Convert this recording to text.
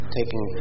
taking